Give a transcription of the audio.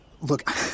Look